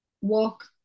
walk